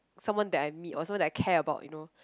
someone that I meet or someone that I care about you know